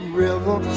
river